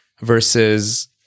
versus